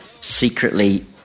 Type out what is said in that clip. secretly